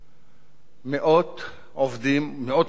מאות רבות של עובדים